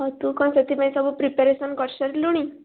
ହଁ ତୁ କ'ଣ ସେଥିପାଇଁ ସବୁ ପ୍ରିପାରେସନ୍ କରିସାରିଲୁଣି